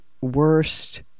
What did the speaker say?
worst